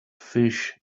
fish